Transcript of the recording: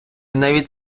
навіть